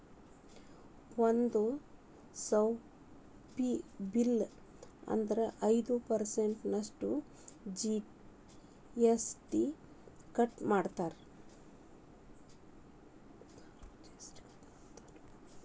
ಒಂದ್ ಸಾವ್ರುಪಯಿ ಬಿಲ್ಲ್ ಆದ್ರ ಐದ್ ಪರ್ಸನ್ಟ್ ನಷ್ಟು ಜಿ.ಎಸ್.ಟಿ ಕಟ್ ಮಾದ್ರ್ಸ್